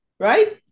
right